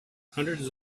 hundreds